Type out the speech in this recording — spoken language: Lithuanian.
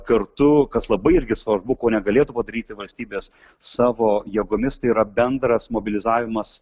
kartu kas labai irgi svarbu ko negalėtų padaryti valstybės savo jėgomis tai yra bendras mobilizavimas